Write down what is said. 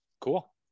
Cool